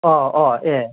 ꯑꯣ ꯑꯣ ꯑꯦ